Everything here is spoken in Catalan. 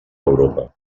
europa